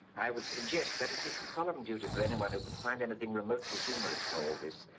i would suggest that it is the solemn duty. for anyone who can find anything remotely humorous in all this.